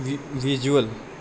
ਵਿ ਵਿਜੂਅਲ